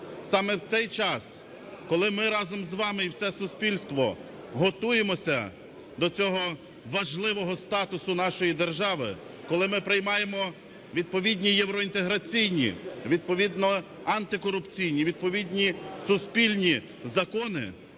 саме в цей час, коли ми разом з вами і все суспільство готуємося до цього важливого статусу нашої держави, коли ми приймаємо відповідні євроінтеграційні, відповідні антикорупційні, відповідні суспільні закони,